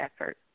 effort